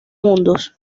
mundos